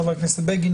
חבר הכנסת בגין,